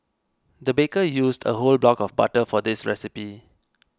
the baker used a whole block of butter for this recipe